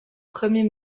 premier